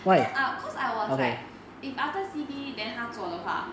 then I cause I was like if after C_B then 他做的话